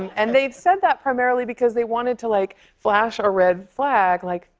and they said that primarily because they wanted to, like, flash a red flag. like,